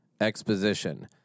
exposition